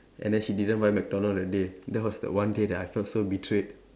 and then she didn't buy McDonald that day that was the one day that I felt so betrayed